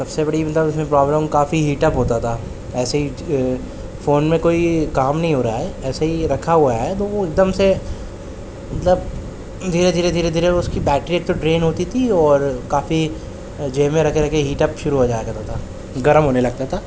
سب سے بڑی اندر اس میں پرابلم کافی ہیٹ اپ ہوتا تھا ایسے ہی فون میں کوئی کام نہیں ہو رہا ہے ایسے ہی رکھا ہوا ہے تو وہ ایک دم سے مطلب دھیرے دھیرے دھیرے دھیرے اس کی بیٹری ایک تو ڈرین ہوتی تھی اور کافی جیب میں رکھے رکھے ہیٹ اپ شروع ہو جایا کرتا تھا گرم ہونے لگتا تھا